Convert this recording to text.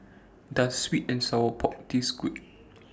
Does Sweet and Sour Chicken Taste Good